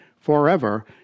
forever